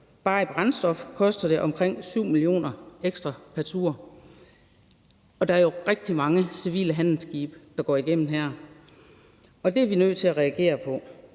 Bare i brændstof koster det omkring 7 mio. kr. ekstra pr. tur, og der er jo rigtig mange civile handelsskibe, der passerer igennem her. Det er vi nødt til at reagere på.